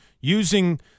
using